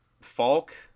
Falk